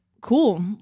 cool